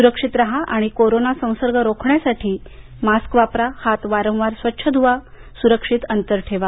सुरक्षित राहा आणि कोरोना संसर्ग रोखण्यासाठी मास्क वापरा हात वारंवार स्वच्छ ध्वा सुरक्षित अंतर ठेवा